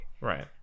right